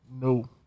No